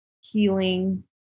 healing